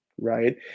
right